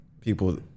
people